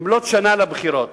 במלאות שנה לבחירות.